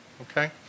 Okay